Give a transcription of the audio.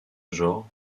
genre